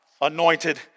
anointed